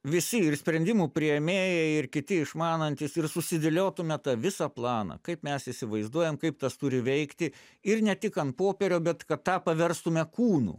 visi ir sprendimų priėmėjai ir kiti išmanantys ir susidėliotume tą visą planą kaip mes įsivaizduojam kaip tas turi veikti ir ne tik ant popierio bet kad tą paverstume kūnu